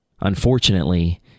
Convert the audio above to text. Unfortunately